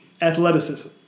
athleticism